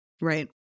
Right